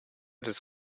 des